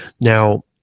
Now